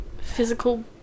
physical